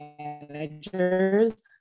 managers